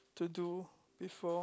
to do before